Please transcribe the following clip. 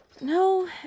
No